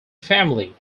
family